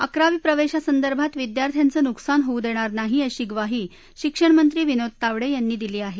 अकरावी प्रवेशासंदर्भात विद्यार्थ्यांचं नुकसान होऊ देणार नाही अशी ग्वाही शिक्षण मंत्री विनोद तावडे यांनी दिली आहे